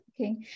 Okay